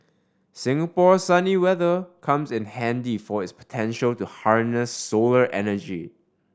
Singapore's sunny weather comes in handy for its potential to harness solar energy